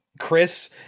Chris